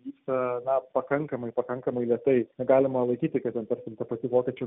vyksta na pakankamai pakankamai lėtai negalima laikyti kad ten tarkim ta pati vokiečių